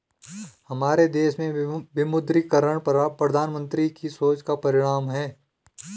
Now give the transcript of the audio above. हमारे देश में विमुद्रीकरण प्रधानमन्त्री की सोच का परिणाम है